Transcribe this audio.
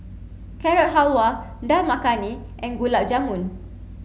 Carrot Halwa Dal Makhani and Gulab Jamun